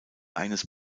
eines